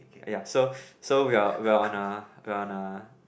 ya so so we are we are on a on a